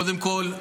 קודם כול,